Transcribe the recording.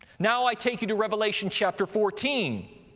now i take you to revelation, chapter fourteen.